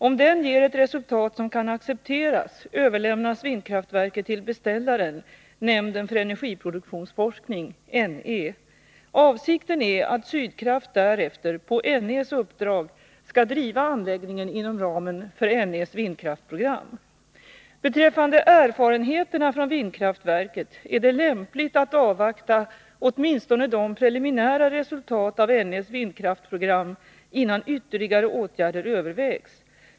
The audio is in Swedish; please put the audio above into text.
Om den ger ett resultat som kan accepteras överlämnas vindkraftverket till beställaren, nämnden för energiproduktionsforskning, NE. Avsikten är att Sydkraft därefter på NE:s uppdrag skall driva anläggningen inom ramen för NE:s vindkraftprogram. Beträffande erfarenheterna från vindkraftverket är det lämpligt att avvakta åtminstone det preliminära resultatet av NE:s vindkraftprogram innan ytterligare åtgärder övervägs.